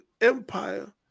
empire